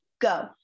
go